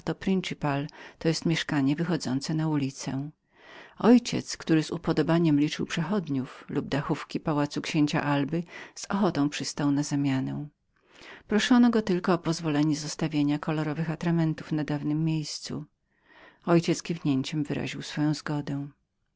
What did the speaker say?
principale to jest mieszkanie wychodzące na ulicę mój ojciec który z upodobaniem liczył przechodzących lub dachówki pałacu księcia alby z ochotą przystał na zamianę proszono go o pozwolenie zostawienia kolorowych atramentów na dawnem miejscu mój ojciec kiwnięciem głowy wyraził swoje zadowolenie